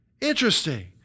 Interesting